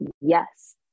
yes